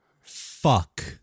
fuck